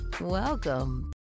Welcome